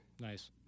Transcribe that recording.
Nice